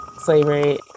slavery